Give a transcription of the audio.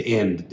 end